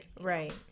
right